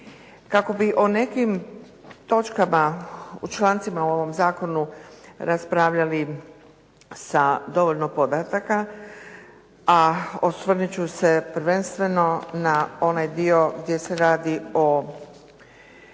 Kako bi o nekim točkama u člancima u ovom zakonu raspravljali sa dovoljno podataka, a osvrnuti ću se prvenstveno na onaj dio gdje se radi o